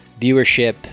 viewership